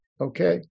Okay